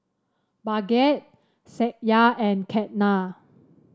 Bhagat Satya and Ketna